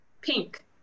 pink